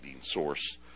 source